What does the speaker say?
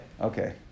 okay